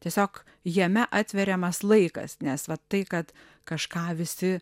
tiesiog jame atveriamas laikas nes va tai kad kažką visi